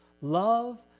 Love